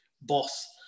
boss